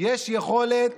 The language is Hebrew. יש יכולת